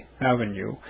Avenue